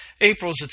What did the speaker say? April's